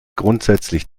grundsätzlich